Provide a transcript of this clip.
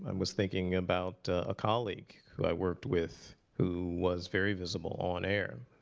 um was thinking about a colleague, who i worked with, who was very visible on-air,